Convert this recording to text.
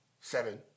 seven